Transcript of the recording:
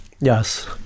Yes